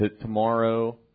tomorrow